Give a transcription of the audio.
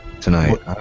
tonight